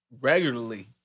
regularly